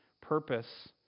purpose